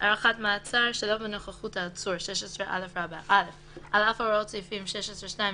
"הארכת מעצר שלא בנוכחות העצור 16א. (א)על אף הוראות סעיפים 16(2)